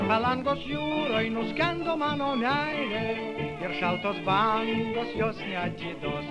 palangos jūroj nuskendo mano meilė ir šaltos bangos jos neatiduos